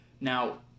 Now